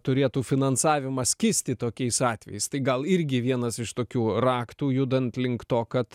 turėtų finansavimas kisti tokiais atvejais tai gal irgi vienas iš tokių raktų judant link to kad